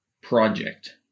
project